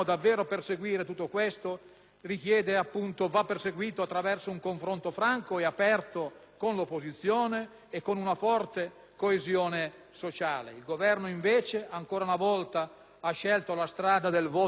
perseguire tutto questo, si richiedono un confronto franco e aperto con l'opposizione ed una forte coesione sociale. Il Governo invece, ancora una volta, ha scelto la strada del voto di fiducia, che probabilmente